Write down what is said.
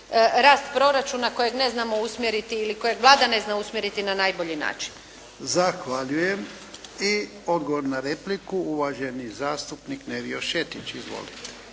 rast proračuna kojeg ne znamo usmjeriti ili kojeg Vlada ne zna usmjeriti na najbolji način. **Jarnjak, Ivan (HDZ)** Zahvaljujem. I odgovor na repliku, uvaženi zastupnik Nevio Šetić. Izvolite.